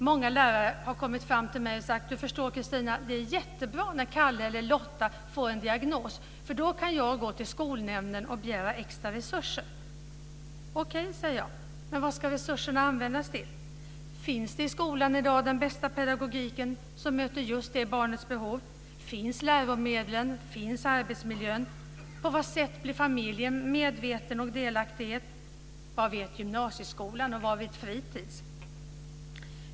Många lärare har kommit fram till mig och sagt så här: Du förstår, Cristina, att det är jättebra när Kalle eller Lotta får en diagnos, för då kan jag gå till skolnämnden och begära mera resurser. Okej, säger jag. Men vad ska dessa resurser användas till? Finns den bästa pedagogiken som möter just det barnets behov i skolan i dag? Finns läromedlen? Finns arbetsmiljön? På vilket sätt blir familjen medveten och delaktig? Vad vet gymnasieskolan, och vad vet fritis?